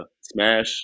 smash